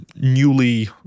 newly